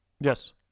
Yes